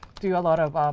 do a lot of um